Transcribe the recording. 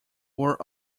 were